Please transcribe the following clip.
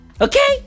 Okay